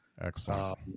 Excellent